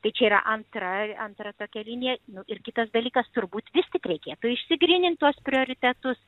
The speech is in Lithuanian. tai čia yra antra antra tokia linija nu ir kitas dalykas turbūt vis tik reikėtų išsigrynint tuos prioritetus